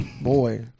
Boy